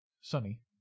sunny